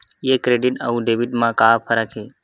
ये क्रेडिट आऊ डेबिट मा का फरक है?